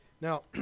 Now